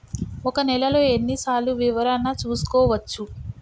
ఒక నెలలో ఎన్ని సార్లు వివరణ చూసుకోవచ్చు?